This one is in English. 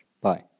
Bye